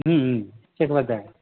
Sheikh brother